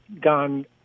gone